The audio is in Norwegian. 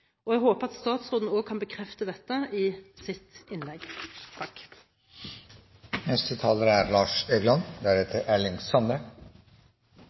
gassturbinene. Jeg håper statsråden også kan bekrefte dette i sitt innlegg.